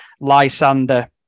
Lysander